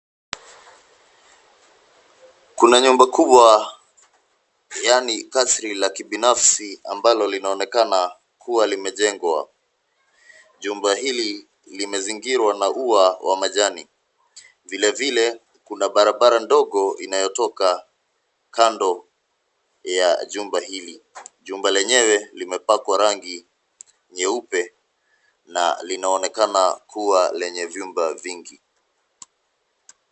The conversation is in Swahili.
Kuna nyumba kubwa yaani kasri la kibinafsi ambalo linaonekana kuwa limejengwa. Jumba hili limezingirwa na ua wa majani. Vile vile kuna barabara ndogo inayotoka kando ya jumba hili. Jumba lenyewe limepakwa rangi nyeupe na linaonekana kuwa lenye vyumba vingi.